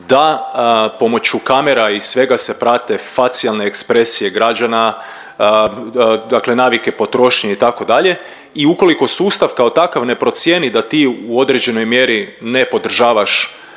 da pomoću kamera i svega se prate facijalne ekspresije građana, dakle navike potrošnje itd. i ukoliko sustav kako takav ne procijeni da ti u određenoj mjeri ne podržavaš